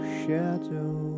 shadow